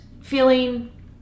feeling